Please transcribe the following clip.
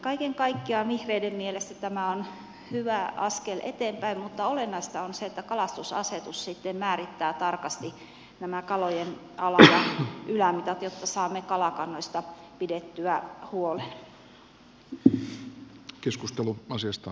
kaiken kaikkiaan vihreiden mielestä tämä on hyvä askel eteenpäin mutta olennaista on se että kalastusasetus sitten määrittää tarkasti nämä kalojen ala ja ylämitat jotta saamme kalakannoista pidettyä huolen